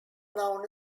known